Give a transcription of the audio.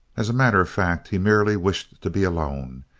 as a matter of fact, he merely wished to be alone,